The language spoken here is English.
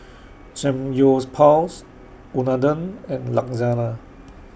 Unadon and Lasagna